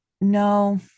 No